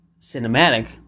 Cinematic